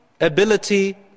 ability